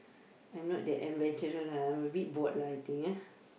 I am not that adventurous lah I am a bit bored lah I think ah